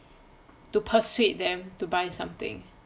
to persuade them to buy something